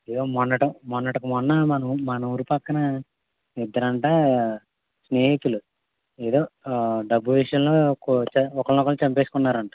ఇదిగో మొన్నట మొన్నటికి మొన్న మన మనూరు పక్కన ఇద్దరంటా స్నేహితులు ఏదో డబ్బు విషయంలో కో చ ఒకరిని ఒకరు చంపేసుకున్నారంటా